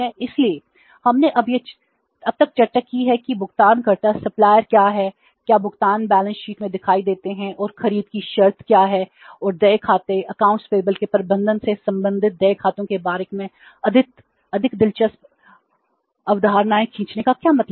इसलिए हमने अब तक चर्चा की है कि भुगतानकर्ता के प्रबंधन से संबंधित देय खातों के बारे में अधिक दिलचस्प अवधारणाएं खींचने का क्या मतलब है